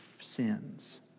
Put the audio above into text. sins